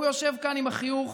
הוא יושב כאן עם החיוך